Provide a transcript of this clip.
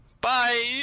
Bye